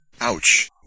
Ouch